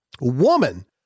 woman